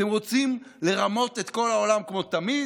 אתם רוצים לרמות את כל העולם כמו תמיד,